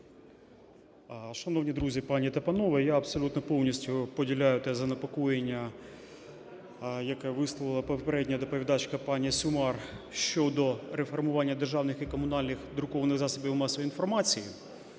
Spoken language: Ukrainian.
Шановні друзі пані та панове, я абсолютно повністю поділяю те занепокоєння, яке висловила попередня доповідачка пані Сюмар щодо реформування державних і комунальних друкованих засобів масової інформації.